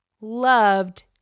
loved